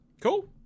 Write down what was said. cool